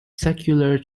secular